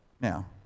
Now